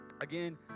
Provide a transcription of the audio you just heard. Again